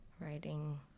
writing